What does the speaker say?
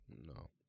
No